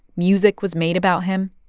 music was made about him.